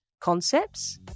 concepts